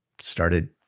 started